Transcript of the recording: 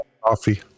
coffee